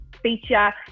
feature